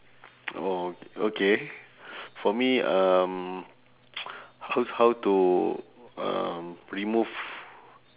orh okay for me um how how to uh remove